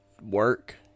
work